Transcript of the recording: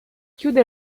chiude